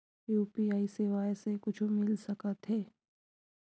UPI सेवाएं से कुछु मिल सकत हे?